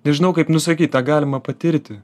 nežinau kaip nusakyt tą galima patirti